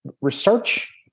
research